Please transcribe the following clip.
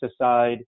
aside